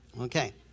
Okay